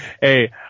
hey